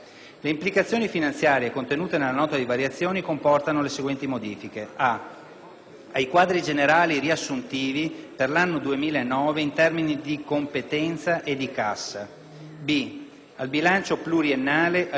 ai quadri generali riassuntivi per l'anno 2009 in termini di competenza e di cassa; al bilancio pluriennale a legislazione vigente 2009-2011 in termini di competenza;